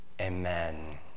Amen